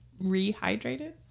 rehydrated